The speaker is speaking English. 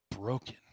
broken